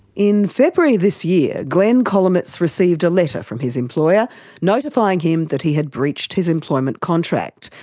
in february this year, glenn kolomeitz received a letter from his employer notifying him that he had breached his employment contract,